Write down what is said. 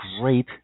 great